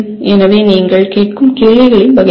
எனவே நீங்கள் கேட்கும் கேள்விகளின் வகை இது